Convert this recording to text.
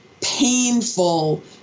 painful